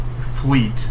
fleet